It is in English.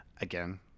Again